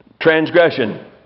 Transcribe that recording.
transgression